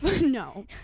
no